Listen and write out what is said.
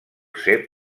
ser